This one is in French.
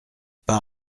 pas